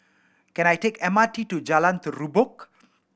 can I take M R T to Jalan Terubok